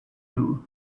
you